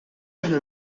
aħna